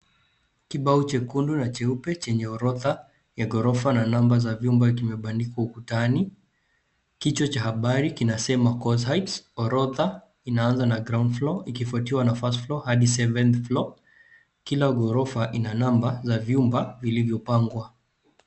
Kibao chekundu na cheupe chenye orodha ya gorofa na namba za vyumba vimebandikwa ukutani. Kichwa cha habari kinasema Kose Heights. Orodha inaanza na groud floor , ikifuatiwa na first floor hadi seventh floor . Kina gorofa ina namba ya vyumba vilivyopangwa.